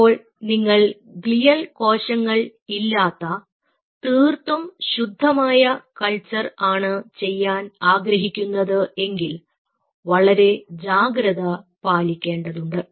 അപ്പോൾ നിങ്ങൾ ഗ്ലിയൽ കോശങ്ങൾ ഇല്ലാത്ത തീർത്തും ശുദ്ധമായ കൾച്ചർ ആണ് ചെയ്യാൻ ആഗ്രഹിക്കുന്നത് എങ്കിൽ വളരെ ജാഗ്രത പാലിക്കേണ്ടതുണ്ട്